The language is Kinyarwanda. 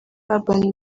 urban